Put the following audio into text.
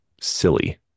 silly